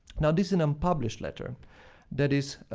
now, this an unpublished letter that is